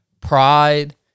pride